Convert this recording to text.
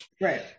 Right